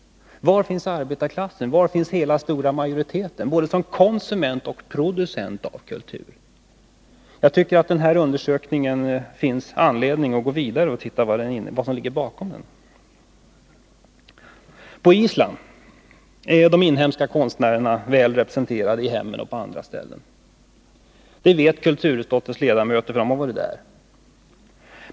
Var finns arbetarklassen? Var finns den stora majoriteten när det gäller både konsumenterna och producenterna av kultur? Jag tycker att det finns anledning att gå vidare och se på vad det är som ligger bakom den här undersökningen. På Island är de inhemska konstnärerna väl representerade i hemmen och på andra ställen — det vet kulturutskottets ledamöter, för de har varit där.